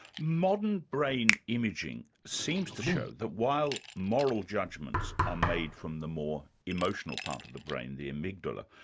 modern brain imaging seems to show that while moral judgments are made from the more emotional part of the brain, the amygdala,